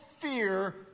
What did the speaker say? Fear